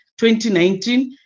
2019